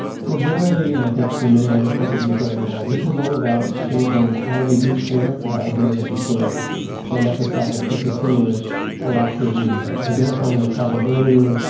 for verily and i think for many other companies right now, this is all about changing how we do care, the idea that you are going from episodic to continuous proactive means identifying the problem earlier,